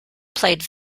played